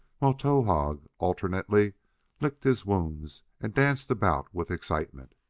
while towahg alternately licked his wounds and danced about with excitement.